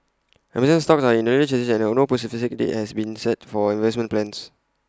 Amazon's talks are in earlier stages and no specific date has been set for investment plans